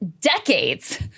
decades